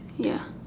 ya